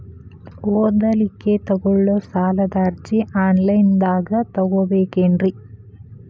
ಓದಲಿಕ್ಕೆ ತಗೊಳ್ಳೋ ಸಾಲದ ಅರ್ಜಿ ಆನ್ಲೈನ್ದಾಗ ತಗೊಬೇಕೇನ್ರಿ?